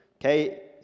okay